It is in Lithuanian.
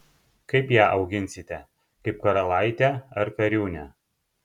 kaip ją auginsite kaip karalaitę ar kariūnę